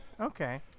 Okay